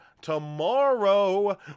tomorrow